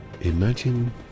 imagine